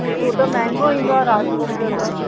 त हूं त महांगो ईंदो आहे राजभोग जो त